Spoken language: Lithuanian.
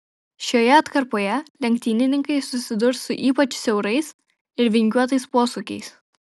šioje atkarpoje lenktynininkai susidurs su ypač siaurais ir vingiuotais posūkiais